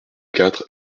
quatre